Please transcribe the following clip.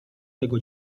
tego